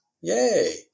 yay